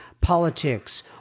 politics